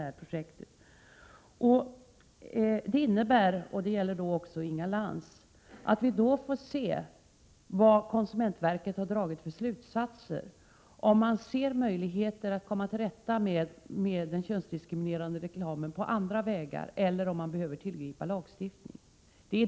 Vi får sedan — och mitt svar gäller då också Inga Lantz —- se vad konsumentverket har dragit för slutsatser — om man ser några möjligheter att komma till rätta med den könsdiskriminerande reklamen på andra vägar eller om man anser att vi behöver tillgripa lagstiftning.